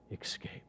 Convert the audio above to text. escape